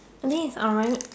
I think it's alright